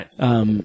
right